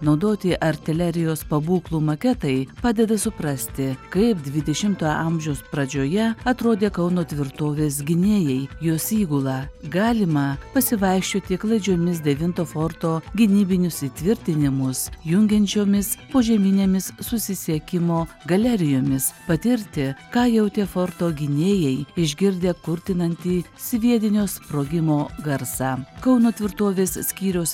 naudoti artilerijos pabūklų maketai padeda suprasti kaip dvidešimtojo amžiaus pradžioje atrodė kauno tvirtovės gynėjai jos įgula galima pasivaikščioti klaidžiomis devinto forto gynybinius įtvirtinimus jungiančiomis požeminėmis susisiekimo galerijomis patirti ką jautė forto gynėjai išgirdę kurtinantį sviedinio sprogimo garsą kauno tvirtovės skyriaus